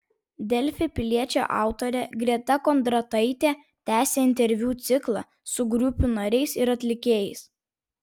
delfi piliečio autorė greta kondrataitė tęsia interviu ciklą su grupių nariais ir atlikėjais